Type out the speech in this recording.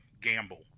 gamble